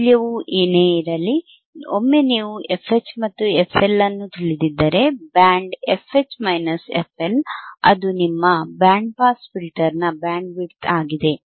ಮೌಲ್ಯವು ಏನೇ ಇರಲಿ ಒಮ್ಮೆ ನೀವು fH ಮತ್ತು fL ಅನ್ನು ತಿಳಿದಿದ್ದರೆಬ್ಯಾಂಡ್ fH fL ಅದು ನಿಮ್ಮ ಬ್ಯಾಂಡ್ ಪಾಸ್ ಫಿಲ್ಟರ್ನ ಬ್ಯಾಂಡ್ವಿಡ್ತ್ ಆಗಿದೆ